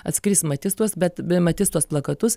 atskris matys tuos bet bematys tuos plakatus